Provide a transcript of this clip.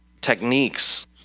techniques